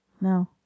No